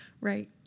Right